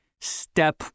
step